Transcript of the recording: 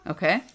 Okay